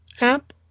app